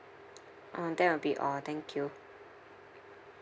mm that will be all thank you